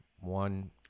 One